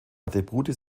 attribute